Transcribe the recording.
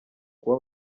kuba